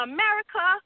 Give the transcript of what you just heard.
America